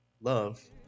love